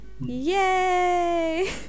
Yay